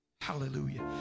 hallelujah